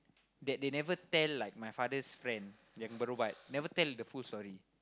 that they never tell like my father's friend yang berubat never tell the whole story